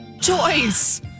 choice